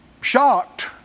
shocked